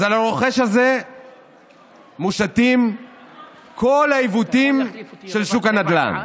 על הרוכש הזה מושתים כל העיוותים של שוק הנדל"ן.